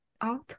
Out